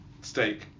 steak